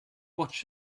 watch